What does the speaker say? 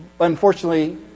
Unfortunately